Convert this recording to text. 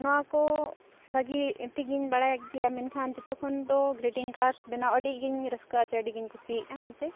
ᱱᱚᱣᱟᱠᱚ ᱵᱷᱟᱜᱮ ᱴᱷᱤᱠᱤᱧ ᱵᱟᱲᱟᱭᱟ ᱜᱮᱭᱟ ᱢᱮᱱᱠᱷᱟᱱ ᱡᱚᱛᱚ ᱠᱷᱚᱱᱫᱚ ᱜᱨᱤᱴᱤᱝ ᱠᱟᱨᱰᱥ ᱵᱮᱱᱟᱣ ᱟᱹᱰᱤᱜᱮᱧ ᱨᱟᱹᱥᱠᱟᱹᱜᱼᱟ ᱪᱮᱫᱟᱜ ᱥᱮ ᱟᱹᱰᱤᱜᱮᱧ ᱠᱩᱥᱤᱭᱟᱜᱼᱟ